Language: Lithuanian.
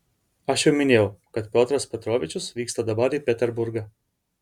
aš jau minėjau kad piotras petrovičius vyksta dabar į peterburgą